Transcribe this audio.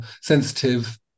sensitive